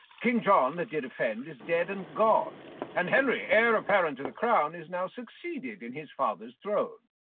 king john that did offend is dead and gone and henry, heir apparent to the crown, is now succeeded in his father's throne.